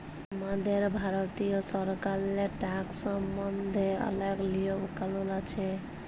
আমাদের ভারতীয় সরকারেল্লে ট্যাকস সম্বল্ধে অলেক লিয়ম কালুল আছে